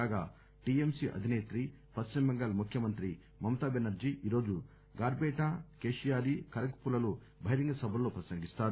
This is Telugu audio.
కాగా టిఎంసి అధిసేత్రి పశ్చిమబెంగాల్ ముఖ్యమంత్రి మమతాబెనర్షీ ఈరోజు గర్బేటా కెషియారీ ఖరగ్ పూర్ లలో బహిరంగ సభల్లో ప్రసంగిస్తారు